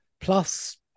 plus